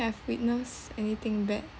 I have witnessed anything bad